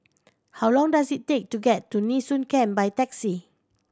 how long does it take to get to Nee Soon Camp by taxi